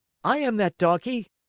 i am that donkey,